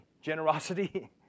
generosity